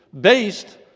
based